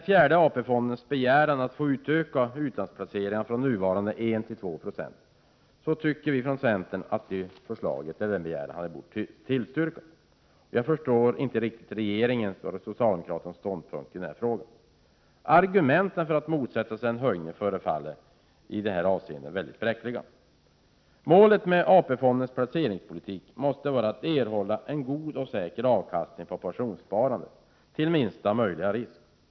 Fjärde AP-fondens begäran att få utöka utlandsplaceringarna från nuvarande 1 9 till 2 960 tycker vi i centern borde tillstyrkas. Jag förstår inte riktigt regeringens och socialdemokraternas ståndpunkt i den här frågan. Argumenten för att motsätta sig en höjning förefaller mycket bräckliga. Målet med AP-fondens placeringspolitik måste vara att erhålla en god och säker avkastning på pensionssparandet till minsta möjliga risk.